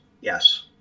yes